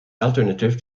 alternative